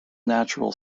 natural